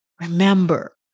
Remember